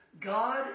God